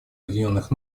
объединенных